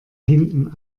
hinten